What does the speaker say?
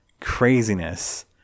craziness